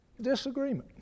disagreement